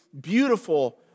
beautiful